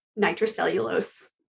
nitrocellulose